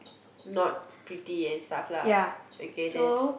not pretty and stuff lah okay then